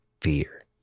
fear